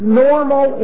normal